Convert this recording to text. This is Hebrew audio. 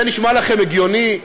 זה נשמע לכם הגיוני?